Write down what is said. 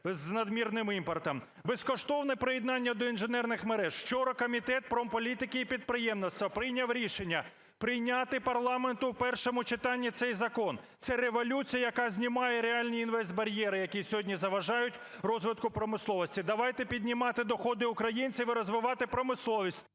з надмірним імпортом. Безкоштовне приєднання до інженерних мереж. Вчора Комітет промполітики і підприємництва прийняв рішення прийняти парламенту у першому читанні цей закон – це революція, яка знімає реальніінвестбар'єри, які сьогодні заважають розвитку промисловості. Давайте піднімати доходи українців і розвивати промисловість…